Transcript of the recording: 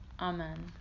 Amen